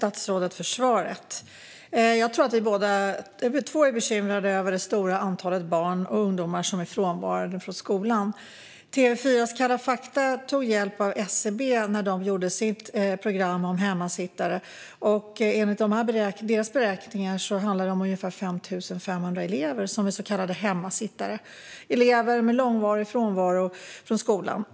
Fru talman! Jag tror att vi båda är bekymrade över det stora antal barn och ungdomar som är frånvarande från skolan. Enligt deras beräkningar handlar det om ungefär 5 500 elever som är så kallade hemmasittare - elever med långvarig frånvaro från skolan.